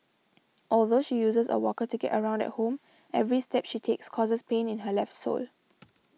although she uses a walker to get around at home every step she takes causes pain in her left sole